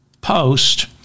Post